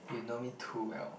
you know me too well